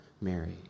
Mary